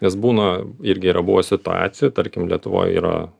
nes būna irgi yra buvę situacijų tarkim lietuvoj yra